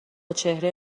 چهره